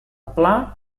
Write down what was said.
pla